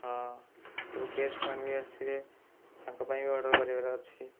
ହଁ ସବୁ ଗେଷ୍ଟମାନେ ବି ଆସିବେ ତାଙ୍କ ପାଇଁ ବି ଅର୍ଡ଼ର କରିବାର ଅଛି